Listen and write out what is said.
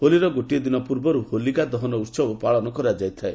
ହୋଲିର ଗୋଟିଏ ଦିନ ପୂର୍ବରୁ ହୋଲିକା ଦହନ ଉତ୍ସବ ପାଳନ କରାଯାଇଥାଏ